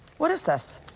what is this?